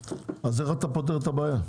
אז איך אתם מתכוונים לפתור את הבעיה?